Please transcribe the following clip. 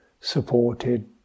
supported